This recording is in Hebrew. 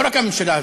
לא רק הממשלה הזאת,